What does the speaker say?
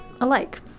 alike